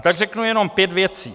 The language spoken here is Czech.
Tak řeknu jenom pět věcí.